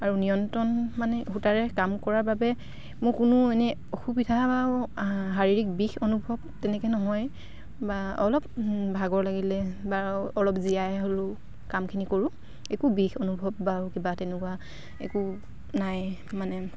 আৰু নিয়ন্ত্ৰণ মানে সূতাৰে কাম কৰাৰ বাবে মোৰ কোনো এনেই অসুবিধা বা শাৰীৰিক বিষ অনুভৱ তেনেকৈ নহয় বা অলপ ভাগৰ লাগিলে বা অলপ জিৰাই হ'লেও কামখিনি কৰোঁ একো বিষ অনুভৱ বা কিবা তেনেকুৱা একো নাই মানে